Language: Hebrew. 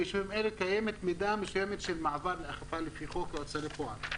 ביישובים אלו קיימת מידה מסוימת של מעבר לאכיפה לפי חוק ההוצאה לפועל.